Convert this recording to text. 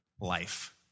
life